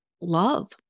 love